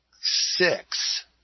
six